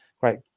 great